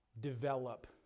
develop